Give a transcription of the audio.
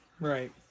Right